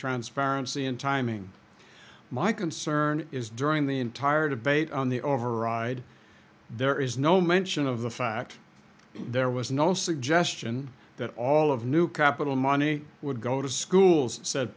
transparency and timing my concern is during the entire debate on the override there is no mention of the fact that there was no suggestion that all of new capital money would go to schools s